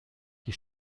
die